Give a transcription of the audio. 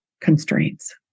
constraints